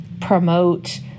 promote